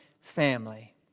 family